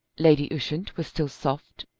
lady ushant was still soft,